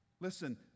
Listen